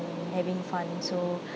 having fun so